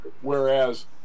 whereas